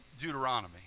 Deuteronomy